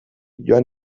joan